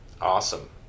Awesome